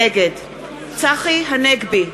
נגד צחי הנגבי,